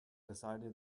decided